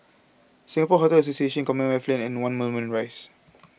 Singapore Hotel Association Commonwealth Lane and one Moulmein Rise